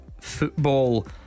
football